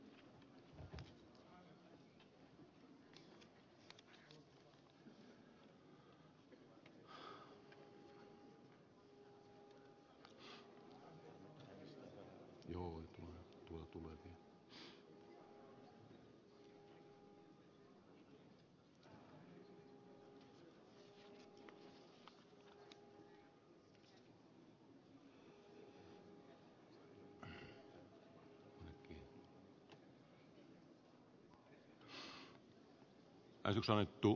herra puhemies